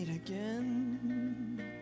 Again